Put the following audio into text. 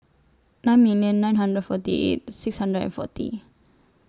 nine million nine hundred forty eight six hundred and forty